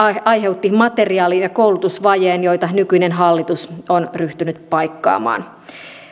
aiheutti materiaali ja koulutusvajeet joita nykyinen hallitus on ryhtynyt paikkaamaan